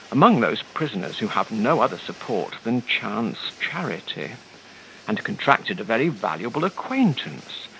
among those prisoners who have no other support than chance charity and contracted a very valuable acquaintance,